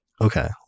Okay